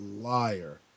liar